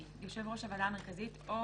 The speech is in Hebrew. (ה)יושב ראש הוועדה המרכזית או